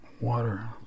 Water